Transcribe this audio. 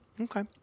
Okay